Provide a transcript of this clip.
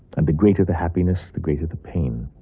and the greater the happiness, the greater the pain.